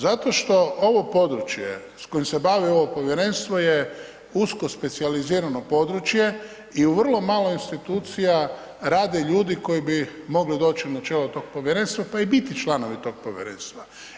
Zato što ovo područje s kojim se bavi ovo povjerenstvo je usko specijalizirano područje i u vrlo malo institucija rade ljudi koji bi mogli doći na čelo tog povjerenstva pa i biti članovi tog povjerenstva.